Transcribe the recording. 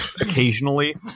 occasionally